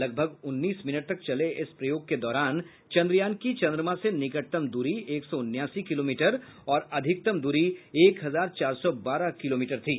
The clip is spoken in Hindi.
लगभग उन्नीस मिनट तक चले इस प्रयोग के दौरान चन्द्रयान की चन्द्रमा से निकटतम दूरी एक सौ उनासी किलोमीटर और अधिकतम एक हजार चार सौ बारह किलोमीटर थी